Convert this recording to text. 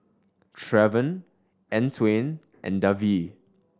Trevon Antwain and Davie